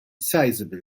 sizeable